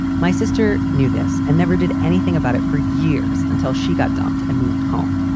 my sister knew this and never did anything about it for years until she got dumped and moved home.